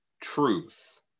truth